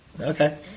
Okay